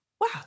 wow